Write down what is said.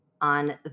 on